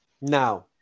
now